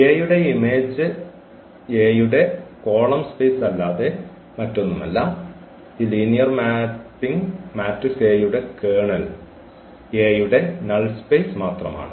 A യുടെ ഈ image A യുടെ കോളം സ്പേസ് അല്ലാതെ മറ്റൊന്നുമല്ല ഈ ലീനിയർ മാപ്പിംഗ് മാട്രിക്സ് A യുടെ കേർണൽ A യുടെ നൾ സ്പേസ് മാത്രമാണ്